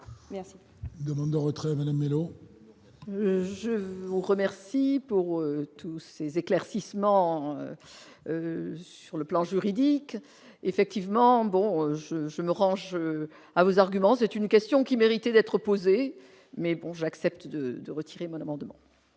Demande de retrait Madame Mellow. Je vous remercie pour tous ces éclaircissements sur le plan juridique, effectivement, bon je je me range à vos arguments, c'est une question qui mérite d'être posée, mais bon, j'accepte de de retirer mon amendement.